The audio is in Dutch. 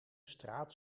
straat